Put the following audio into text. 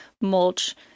mulch